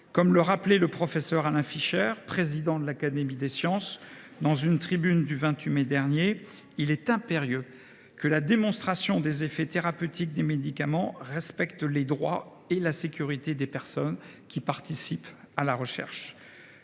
Comme le rappelait le professeur Alain Fischer, président de l’Académie des sciences, dans une tribune publiée le 28 mai dernier, il est impérieux que la démonstration des effets thérapeutiques des médicaments respecte les droits et la sécurité des personnes participant à la recherche.